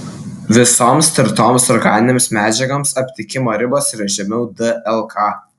visoms tirtoms organinėms medžiagoms aptikimo ribos yra žemiau dlk